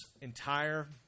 entire